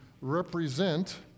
represent